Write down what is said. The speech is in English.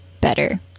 better